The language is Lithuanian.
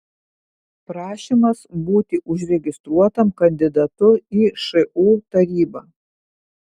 prašymas būti užregistruotam kandidatu į šu tarybą